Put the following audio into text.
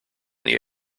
their